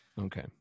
Okay